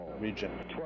region